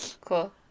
cool